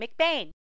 McBain